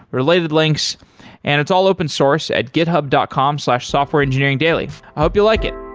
related links and it's all open-source at github dot com slash softwareengineeringdaily. i hope you'll like it